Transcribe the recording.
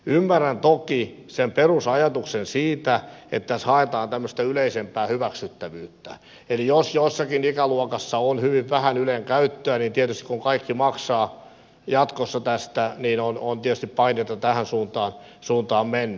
ymmärrän toki sen perusajatuksen siitä että tässä haetaan tämmöistä yleisempää hyväksyttävyyttä eli jos jossakin ikäluokassa on hyvin vähän ylen käyttöä niin tietysti kun kaikki maksavat jatkossa tästä on paineita tähän suuntaan mennä